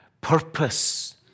purpose